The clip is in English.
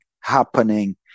happening